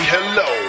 Hello